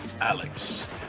alex